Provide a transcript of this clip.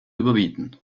überbieten